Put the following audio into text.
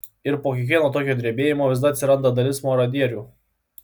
ir po kiekvieno tokio drebėjimo visada atsiranda dalis marodierių